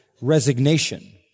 resignation